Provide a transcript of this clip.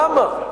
למה?